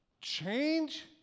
change